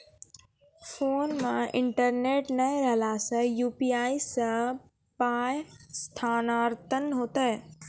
Phone मे internet नै रहला सॅ, यु.पी.आई सॅ पाय स्थानांतरण हेतै?